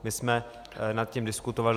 My jsme nad tím diskutovali.